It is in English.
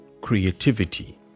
Creativity